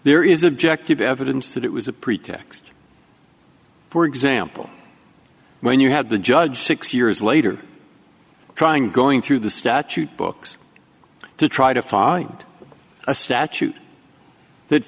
there is objective evidence that it was a pretext for example when you had the judge six years later trying going through the statute books to try to find a statute that